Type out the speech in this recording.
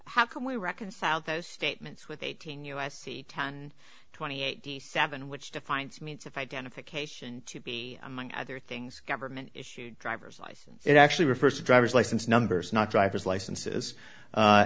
how can we reconcile those statements with eighteen u s c ten twenty eighty seven which defines means of identification to be among other things government issued driver's license it actually refers to driver's license numbers not driver's licenses